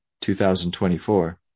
2024